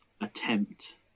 attempt